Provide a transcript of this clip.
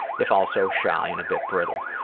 if also shy and a bit brittle.